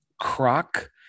Croc